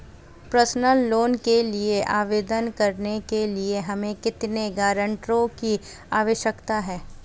Personal loan के लिए आवेदन करने के लिए हमें कितने गारंटरों की आवश्यकता है?